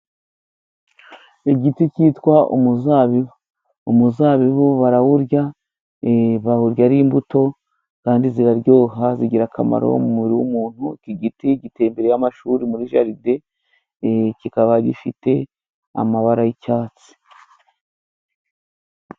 Igiti cyitwa umuzabibu , umuzabibu barawurya bawurya ari imbuto kandi ziraryoha ,zigira akamaro mu mubiri w'umuntu iki giti giteye imbere y'amashuri muri jaride ,kikaba gifite amabara y'icyatsi.